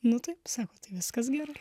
nu taip sako tai viskas gerai